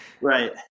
Right